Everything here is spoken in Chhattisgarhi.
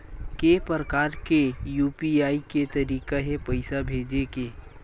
के प्रकार के यू.पी.आई के तरीका हे पईसा भेजे के?